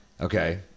Okay